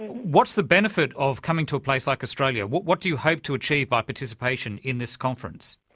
what's the benefit of coming to a place like australia? what what do you hope to achieve by participation in this conference?